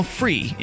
free